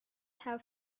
have